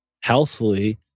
healthily